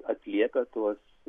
atliepia tuos